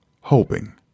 hoping